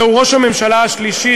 זהו ראש הממשלה השלישי,